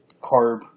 carb